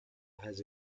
has